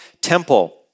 temple